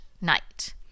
night